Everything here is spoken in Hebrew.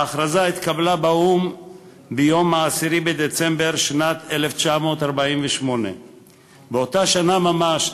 ההכרזה התקבלה באו"ם ביום 10 בדצמבר בשנת 1948. באותה שנה ממש,